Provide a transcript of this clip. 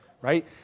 Right